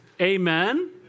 Amen